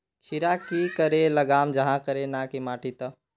खीरा की करे लगाम जाहाँ करे ना की माटी त?